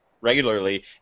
regularly